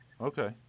Okay